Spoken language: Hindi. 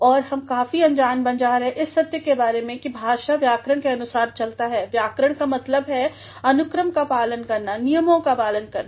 और हम काफी अनजान बन जा रहे हैं इस सत्य के बारे में कि भाषा व्याकरण के अनुसार चलता है और व्याकरण का मतलब है अनुक्रमका पालन करना नियमों का पालन करना